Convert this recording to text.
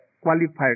qualified